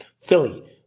Philly